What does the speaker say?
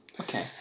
Okay